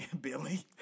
Billy